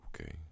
Okay